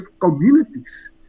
communities